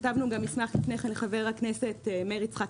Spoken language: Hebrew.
כתבנו גם מסמך לפני כן לחבר הכנסת לשעבר מאיר יצחק